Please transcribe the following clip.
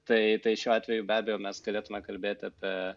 tai tai šiuo atveju be abejo mes galėtume kalbėt apie